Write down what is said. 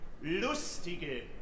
Lustige